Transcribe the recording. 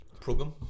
Program